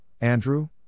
Andrew